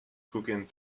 cooking